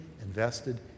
invested